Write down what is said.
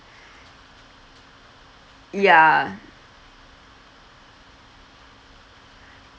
ya